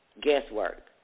Guesswork